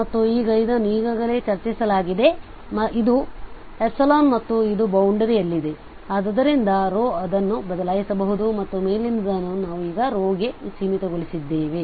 ಮತ್ತು ಈಗ ಇದನ್ನು ಈಗಾಗಲೇ ಚರ್ಚಿಸಲಾಗಿದೆ ಇದು ಮತ್ತು ಇದು ಬೌಂಡರಿಯಲ್ಲಿದೆ ಆದ್ದರಿಂದ ಅದನ್ನು ಬದಲಾಯಿಸಬಹುದು ಮತ್ತು ಮೇಲಿನದನ್ನು ನಾವು ಈಗ ಗೆ ಸೀಮಿತಗೊಳಿಸಿದ್ದೇವೆ